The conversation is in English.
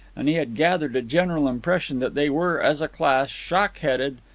and he had gathered a general impression that they were, as a class, shock-headed,